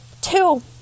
Two